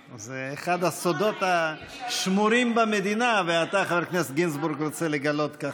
באוגוסט האחרון הגשתי שני מכתבים לשר החינוך מר רפי פרץ.